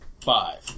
five